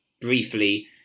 briefly